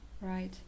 Right